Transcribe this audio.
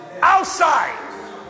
outside